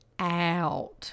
out